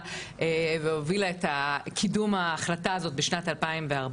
את קידום ההחלטה הזאת בשנת 2014,